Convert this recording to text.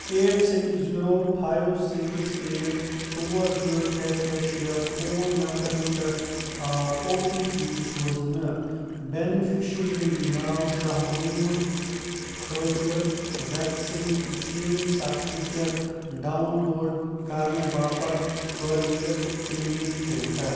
eight six zero five six eight ژور زٕ ترٛےٚ ترٛےٚ شےٚ فون نمبرس پٮ۪ٹھ آو او ٹی پی سوزنہٕ بٮ۪نِفِشنٔری ناو شاہ نوٗر خٲطرٕ vaccination certificate download کرنہٕ باپتھ کۄر یہِ پٕلیٖز اِنٛٹَر